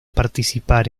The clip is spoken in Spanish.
participar